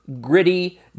gritty